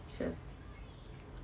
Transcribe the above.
sure